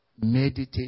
meditate